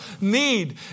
need